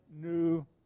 new